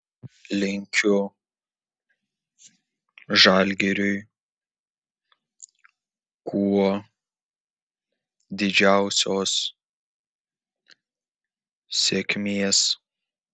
linkiu žalgiriui kuo didžiausios sėkmės